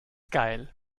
geil